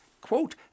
quote